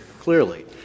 clearly